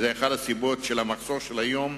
שהוא אחת הסיבות למחסור של היום,